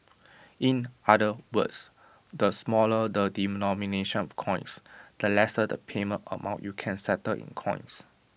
in other words the smaller the denomination of coins the lesser the payment amount you can settle in coins